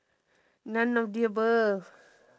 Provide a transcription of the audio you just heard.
none of the above